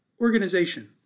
organization